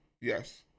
Yes